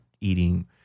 eating